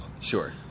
Sure